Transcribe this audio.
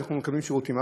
אנחנו מקבלים שירותים.